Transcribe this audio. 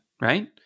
right